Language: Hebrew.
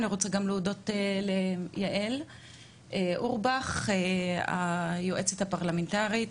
אני רוצה גם להודות ליעל אורבך היועצת הפרלמנטרית